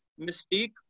Mystique